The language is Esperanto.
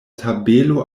tabelo